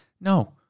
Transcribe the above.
No